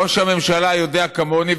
ראש הממשלה יודע כמוני,